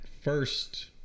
first